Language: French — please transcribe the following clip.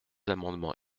amendements